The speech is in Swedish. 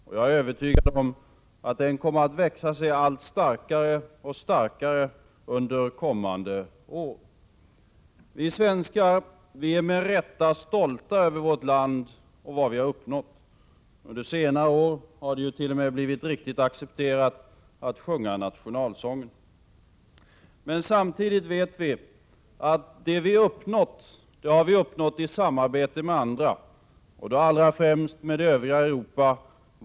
Och jag är övertygad om att den kommer att växa sig allt starkare och starkare under kommande år. Vi svenskar är med rätta stolta över vårt land och vad vi har uppnått. Under senare år har det ju t.o.m. blivit riktigt accepterat att sjunga nationalsången. Men samtidigt vet vi att det vi uppnått har vi uppnått i samarbete med andra, och då allra främst med det övriga Europa.